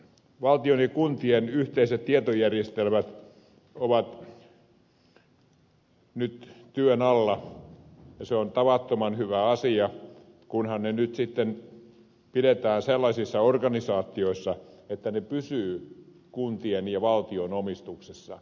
valtion ja kuntien yhteiset tietojärjestelmät ovat nyt työn alla ja se on tavattoman hyvä asia kunhan ne nyt sitten pidetään sellaisissa organisaatioissa että ne pysyvät kuntien ja valtion omistuksessa